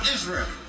Israel